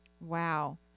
wow